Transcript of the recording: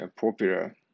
popular